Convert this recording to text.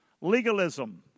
Legalism